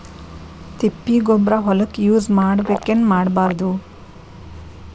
ತಿಪ್ಪಿಗೊಬ್ಬರ ಹೊಲಕ ಯೂಸ್ ಮಾಡಬೇಕೆನ್ ಮಾಡಬಾರದು?